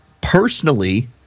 personally